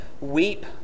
weep